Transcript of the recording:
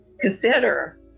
consider